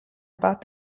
about